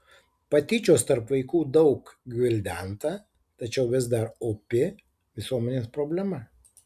patyčios tarp vaikų daug gvildenta tačiau vis dar opi visuomenės problema